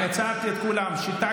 השתקתי את כולם.